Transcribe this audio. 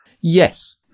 Yes